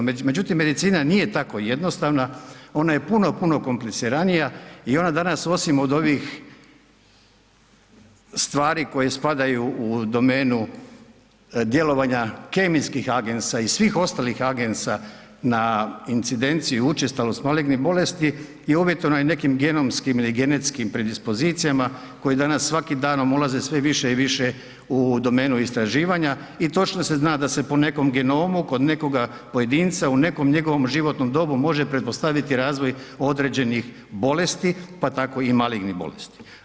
Međutim, medicina nije tako jednostavna, ona je puno, puno kompliciranija i ona danas osim od ovih stvari koje spadaju u domenu djelovanja kemijskih agensa i svih ostalih agensa na incidenciju i učestalost malignih bolesti je uvjetovana i nekim gemovskim ili genetskim predispozicijama koje danas svakim danom ulaze sve više i više u domenu istraživanja i točno se zna da se po nekom genomu kod nekoga pojedinca u nekom njegovom životnom dobu može pretpostaviti razvoj određenih bolesti, pa tako i malignih bolesti.